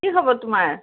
কি খবৰ তোমাৰ